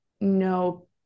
no